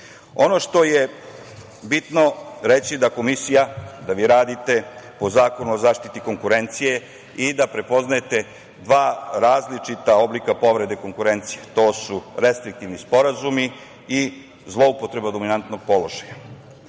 što je bitno reći jeste da vi radite po Zakonu o zaštiti konkurencije i da prepoznajete dva različita oblika povrede konkurencije. To su restriktivni sporazumi i zloupotreba dominantnog položaja. Vi